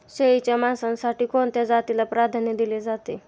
शेळीच्या मांसासाठी कोणत्या जातीला प्राधान्य दिले जाते?